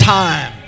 time